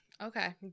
Okay